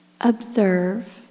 Observe